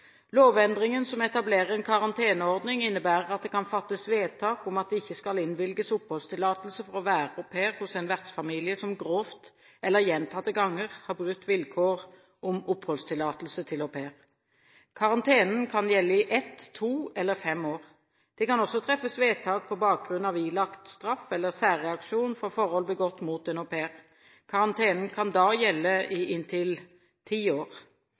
Lovendringen som etablerer en karanteneordning, innebærer at det kan fattes vedtak om at det ikke skal innvilges oppholdstillatelse for å være au pair hos en vertsfamilie som grovt eller gjentatte ganger har brutt vilkår om oppholdstillatelse til au pair. Karantenen kan gjelde i ett, to eller fem år. Det kan også treffes vedtak på bakgrunn av ilagt straff eller særreaksjon for forhold begått mot en au pair. Karantenen kan da gjelde i inntil ti år.